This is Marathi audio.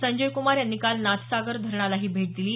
संजयक्रमार यांनी काल नाथसागर धरणालाही भेट दिली